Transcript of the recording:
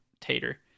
tater